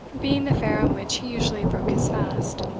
being the fare on which he usually broke his fast.